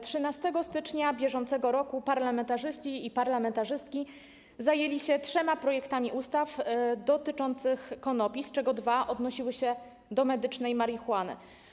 13 stycznia br. parlamentarzyści i parlamentarzystki zajęli się trzema projektami ustaw dotyczących konopi, z czego dwa odnosiły się do medycznej marihuany.